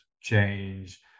change